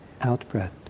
out-breath